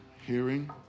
hearing